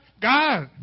God